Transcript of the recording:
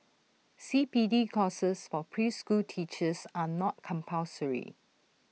C P D courses for preschool teachers are not compulsory